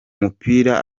mupira